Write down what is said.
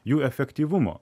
jų efektyvumo